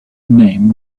name